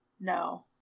no